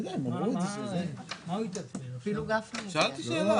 זה לא שייך